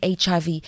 HIV